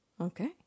okay